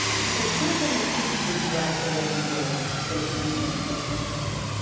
he says who's gonna teach these black boys and girls that they can be anything they wanna be?